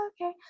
okay